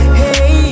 hey